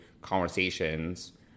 conversations